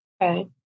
Okay